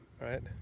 right